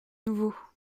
nouveau